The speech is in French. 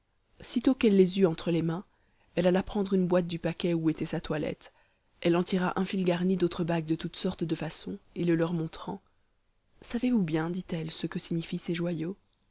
sitôt qu'elle les eut entre les mains elle alla prendre une boîte du paquet où était sa toilette elle en tira un fil garni d'autres bagues de toutes sortes de façons et le leur montrant savez-vous bien dit-elle ce que signifient ces joyaux